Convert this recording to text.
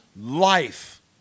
life